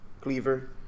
cleaver